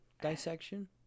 dissection